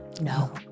no